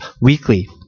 weekly